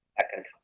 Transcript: second